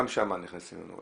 גם שם נכנסים אלינו.